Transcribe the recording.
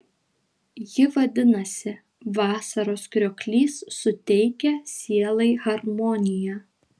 ji vadinasi vasaros krioklys suteikia sielai harmoniją